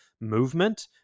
movement